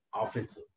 offensive